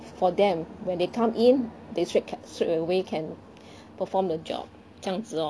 for them when they come in they straight kept straight away can perform the job 这样子哦